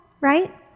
right